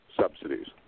subsidies